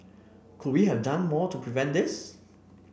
could we have done more to prevent this